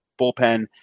bullpen